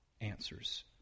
answers